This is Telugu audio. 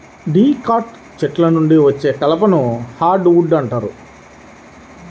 డికాట్ చెట్ల నుండి వచ్చే కలపని హార్డ్ వుడ్ అంటారు